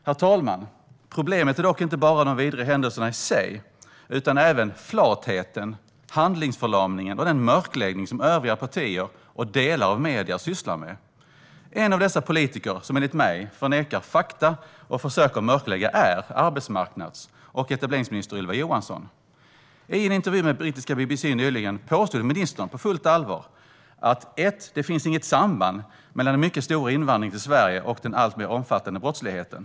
Herr talman! Problemet är dock inte bara de vidriga händelserna i sig utan även flatheten, handlingsförlamningen och den mörkläggning som övriga partier och delar av medierna sysslar med. En av dessa politiker som enligt mig förnekar fakta och som försöker mörklägga är arbetsmarknads och etableringsminister Ylva Johansson. I en intervju med brittiska BBC nyligen påstod ministern på fullt allvar att det för det första inte finns något samband mellan den mycket stora invandringen till Sverige och den alltmer omfattande brottsligheten.